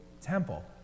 temple